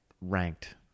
ranked